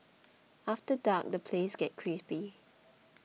after dark the place gets creepy